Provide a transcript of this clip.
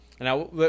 Now